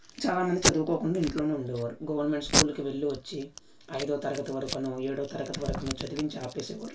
చాలామంది చదువుకోకుండా ఇంట్లోనే ఉండేవారు గవర్నమెంట్ స్కూల్కి వెళ్ళి వచ్చి ఐదో తరగతి వరకునో ఏడో తరగతి వరకునో చదివించి ఆపేసేవారు